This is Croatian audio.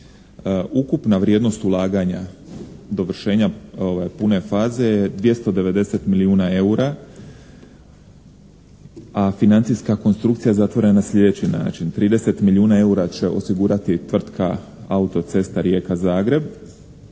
Ukupna vrijednost ulaganja dovršenja ove pune faze je 290 milijuna eura, a financijska konstrukcija zatvorena na sljedeći način. 30 milijuna eura će osigurati tvrtka "Autocesta Rijeka-Zagreb",